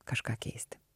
kažką keisti